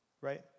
Right